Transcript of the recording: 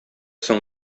соң